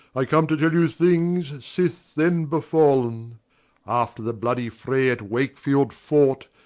i come to tell you things sith then befalne. after the bloody fray at wakefield fought,